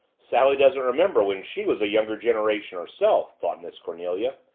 sally doesn't remember when she was a younger generation herself, thought miss cornelia.